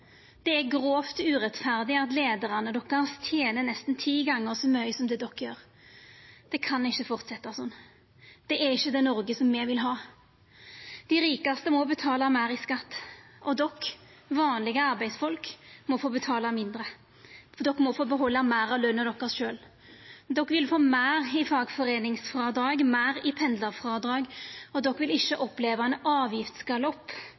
Det er grovt urettferdig at leiarane dykkar tener nesten ti gonger så mykje som det de gjer. Det kan ikkje fortsetja slik, det er ikkje det Noreg me vil ha. Dei rikaste må betala meir i skatt, og de, vanlege arbeidsfolk, må betala mindre, for de må få behalda meir av løna sjølve. De vil få meir i fagforeiningsfrådrag, meir i pendlarfrådrag, og de vil ikkje oppleva ein avgiftsgalopp,